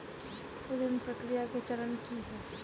ऋण प्रक्रिया केँ चरण की है?